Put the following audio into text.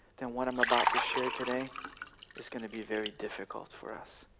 then what i'm about to share today is going to be very difficult for us.